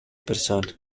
persona